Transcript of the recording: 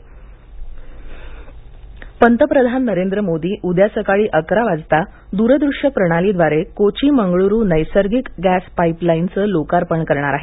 Kochi Mangaluru gas पंतप्रधान नरेंद्र मोदी उद्या सकाळी अकरा वाजता दूरदृश्य प्रणालीद्वारे कोची मंगळ्रू नैसर्गिक गॅस पाईप लाईनचं लोकार्पण करणार आहेत